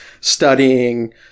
studying